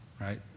Right